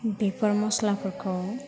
बेफोर मस्लाफोरखौ